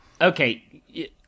Okay